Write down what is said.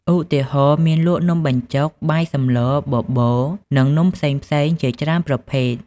ឧទាហរណ៍ មានលក់នំបញ្ចុក បាយសម្លរ បបរ និងនំផ្សេងៗជាច្រើនប្រភេទ។